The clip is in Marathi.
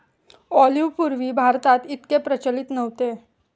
ऑलिव्ह पूर्वी भारतात इतके प्रचलित नव्हते